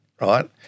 right